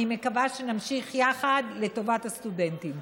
אני מקווה שנמשיך יחד לטובת הסטודנטים.